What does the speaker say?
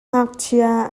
ngakchia